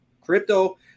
crypto